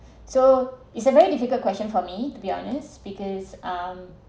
so it's a very difficult question for me to be honest speakers um